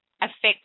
affect